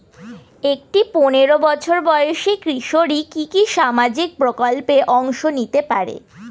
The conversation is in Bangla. একটি পোনেরো বছর বয়সি কিশোরী কি কি সামাজিক প্রকল্পে অংশ নিতে পারে?